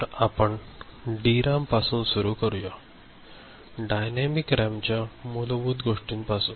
तर आपण डीरॅम पासून सुरू करूया डायनॅमिक रॅम च्या च्या मूलभूत गोष्टी पासून